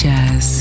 Jazz